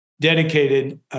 dedicated